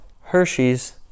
Hershey's